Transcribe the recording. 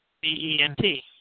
B-E-N-T